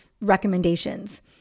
recommendations